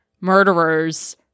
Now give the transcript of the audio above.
murderers